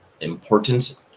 important